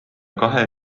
kahe